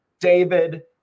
David